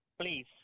Please